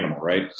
right